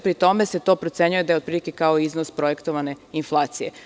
Pri tome, to se procenjuje da je otprilike kao iznos projektovane inflacije.